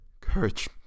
Courage